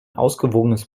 ausgewogenes